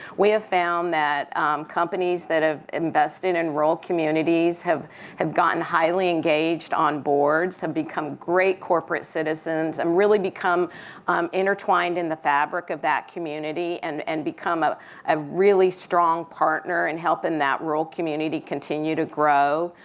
we have found that companies that have invested in rural communities have have gotten highly engaged on boards, have become great corporate citizens, i mean um really become um intertwined in the fabric of that community and and become ah a really strong partner in helping that rural community continue to grow.